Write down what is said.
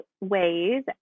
ways